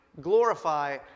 glorify